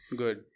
good